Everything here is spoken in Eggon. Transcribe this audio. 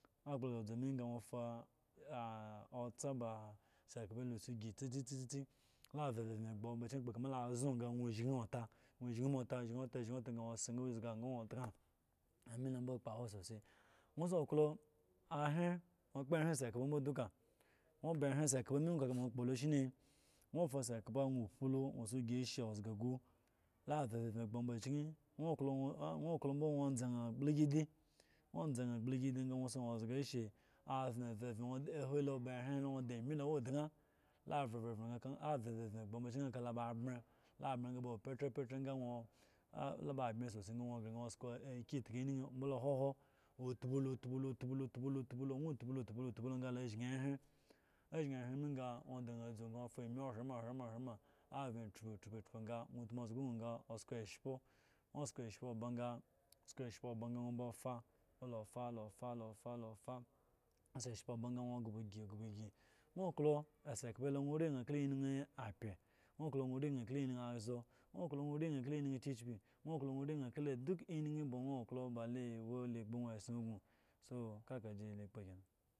Nwo ofa otseba esikpa la yi tsitsi lo avyevye akpo nome la azo ga nwo zhi nwo ota ozhi ota ga nwo si ta ogogo ga otan ame lo mbo akpowo sosai nu si wo ehre nwo kkpo dure sikpa bo duka omba ehre sikpa me na fa sikpa gno opu lo gno si zga ashe gu la vyenye gbo omba kyen nwoklo wo mbo tza na glesidi nwo gledi ga si na ozga ashe av ohen lo ba lo wo ba hre nwo da ami lo awo dan la van vye agbo omba kyen ga lo ba abme ba wo pakrpakr la ba admi sosai ga si kyekye huhu otpo lo tpo lo nwo tpo no po lo sa la ba zhin ehre, azhin ehre me ya nwo si ami hema hrema hrema avye trotre ga nwo tmu ozga ungo ga oska eshpo sko eshpo sko esho ba ga nwo klo esikpa he lo nwo ori lo kada enye api nwo or na klo nwo ori na kala enye azo nwo klo nwo ori na kala kikpi nwo klo nwo ori na duk kala enye gno wo balo ewo ba la ekpo na esson sno.